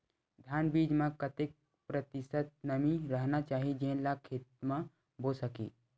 धान बीज म कतेक प्रतिशत नमी रहना चाही जेन ला खेत म बो सके?